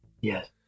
Yes